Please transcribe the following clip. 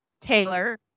Taylor